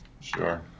Sure